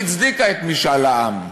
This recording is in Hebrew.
היא הצדיקה את משאל העם.